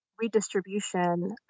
redistribution